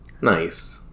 Nice